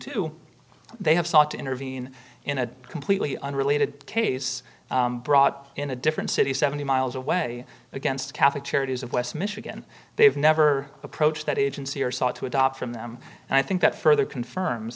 too they have sought to intervene in a completely unrelated case brought in a different city seventy miles away against catholic charities of west michigan they've never approached that agency or sought to adopt from them and i think that further confirms